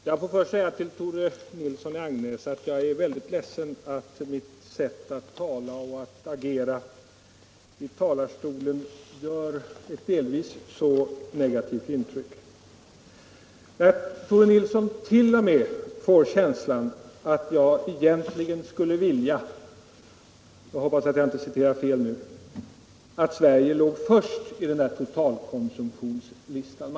Herr talman! Jag vill först säga till herr Nilsson i Agnäs att jag är väldigt ledsen att mitt sätt att tala och att agera i talarstolen gör ett delvis så negativt intryck. Herr Nilsson i Agnäs säger t.o.m. att han fått en känsla av att jag egentligen skulle vilja — jag hoppas att jag inte citerar fel nu — att Sverige låg först i den nämnda totalkonsumtionslistan.